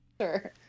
Sure